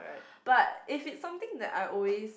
but if it's something that I always